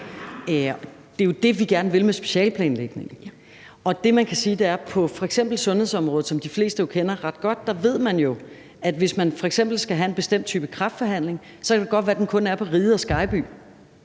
Det er jo det, vi gerne vil med specialeplanlægningen. Det, man kan sige, er, at man på f.eks. sundhedsområdet, som de fleste jo kender ret godt, ved, at hvis man f.eks. skal have en bestemt type kræftbehandling, kan det godt være, den kun er på Riget og Skejby,